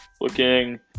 looking